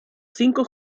cinco